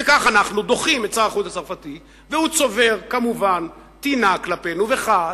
וכך אנחנו דוחים את שר החוץ הצרפתי והוא צובר כמובן טינה כלפינו וכעס.